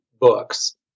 books